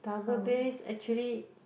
double bass actually